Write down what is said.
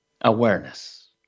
awareness